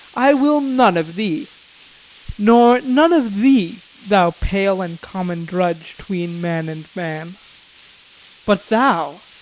i will none of thee nor none of thee, thou pale and common drudge tween man and man but thou,